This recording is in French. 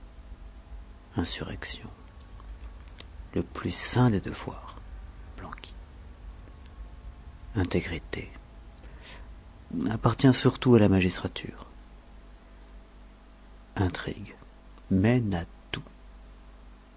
insurrection le plus saint des devoirs blanqui intégrité appartient surtout à la magistrature intrigue mène à tout